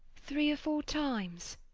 three or foure times